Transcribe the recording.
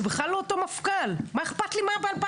זה בכלל לא אותו מפכ"ל, מה אכפת לי מה היה ב-2020?